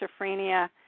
schizophrenia